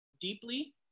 deeply